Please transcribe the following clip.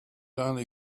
only